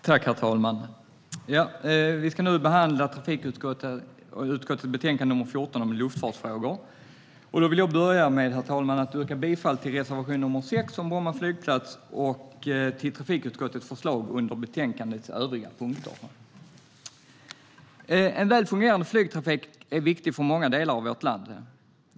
Herr talman! Vi ska nu behandla trafikutskottets betänkande nr 14 om luftfartsfrågor. Jag vill börja med att yrka bifall till reservation nr 6 om Bromma flygplats och till trafikutskottets förslag under betänkandets övriga punkter. En väl fungerande flygtrafik är viktig för många delar av vårt land.